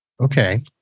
Okay